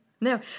No